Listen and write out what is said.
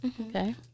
Okay